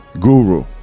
Guru